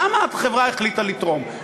למה החברה החליטה לתרום?